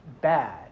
bad